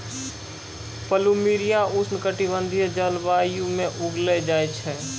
plumeria उष्ण कटिबंधीय जलवायु म उगैलो जाय छै